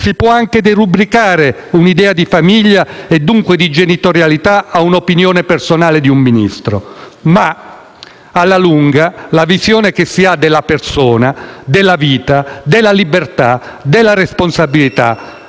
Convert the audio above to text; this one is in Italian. Si può anche derubricare un'idea di famiglia e dunque di genitorialità a opinione personale di un Ministro. Ma, alla lunga, la visione che si ha della persona, della vita, della libertà, della responsabilità,